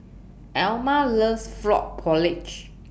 Alma loves Frog Porridge